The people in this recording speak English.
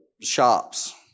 shops